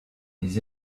des